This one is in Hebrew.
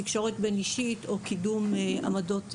תקשורת בין אישית או קידום עמדות מוסריות,